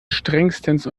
strengstens